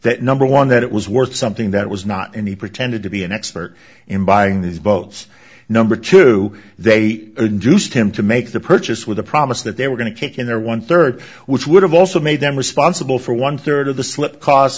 that number one that it was worth something that was not and he pretended to be an expert in buying these boats number two they induced him to make the purchase with a promise that they were going to kick in their one third which would have also made them responsible for one third of the slip costs